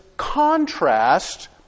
contrast